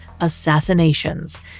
Assassinations